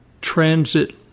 transit